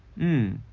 mm